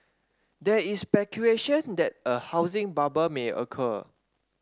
there is speculation that a housing bubble may occur